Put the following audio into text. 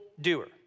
doer